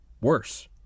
worse